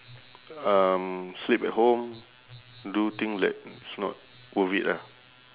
um sleep at home do things that is not worth it ah